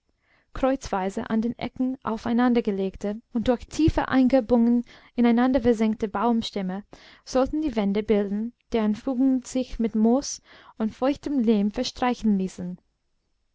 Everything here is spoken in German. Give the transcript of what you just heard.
kreuzweise an den ecken aufeinandergelegte und durch tiefe einkerbungen ineinanderversenkte baumstämme sollten die wände bilden deren fugen sich mit moos und feuchtem lehm verstreichen ließen